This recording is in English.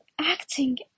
acting